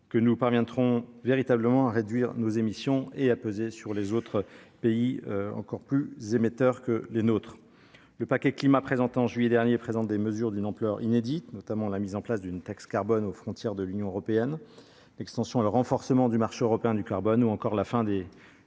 que nous parviendrons véritablement à réduire nos émissions et à peser sur les pays plus émetteurs que nous. Le paquet Climat présenté en juillet dernier prévoit des mesures d'une ampleur inédite, notamment la mise en place d'une taxe carbone aux frontières de l'Union européenne, l'extension et le renforcement du marché européen du carbone ou encore la fin de